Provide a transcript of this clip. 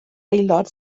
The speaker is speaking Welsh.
aelod